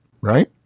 Right